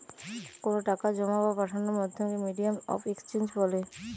কোনো টাকা জোমা বা পাঠানোর মাধ্যমকে মিডিয়াম অফ এক্সচেঞ্জ বলে